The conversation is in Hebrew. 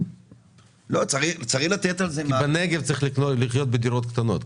כי בנגב צריך לחיות בדירות קטנות.